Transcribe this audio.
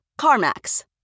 CarMax